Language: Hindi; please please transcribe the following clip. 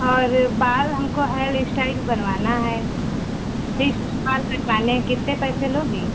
और बाल हमको हेयल स्टाइल बनवाना है सिर्फ बाल कटवाने हैं कितने पैसे लोगी